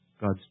God's